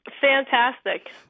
Fantastic